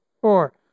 Four